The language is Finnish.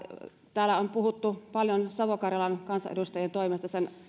täällä on puhuttu paljon savo karjalan kansanedustajien toimesta sen